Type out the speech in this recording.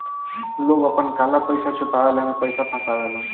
लोग आपन काला पइसा छुपावे ला एमे पइसा फसावेलन